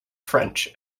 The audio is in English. french